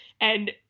And-